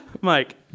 Mike